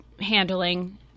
handling